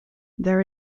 there